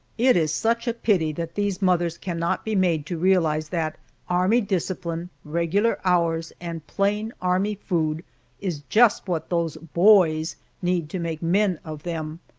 it is such a pity that these mothers cannot be made to realize that army discipline, regular hours, and plain army food is just what those boys need to make men of them.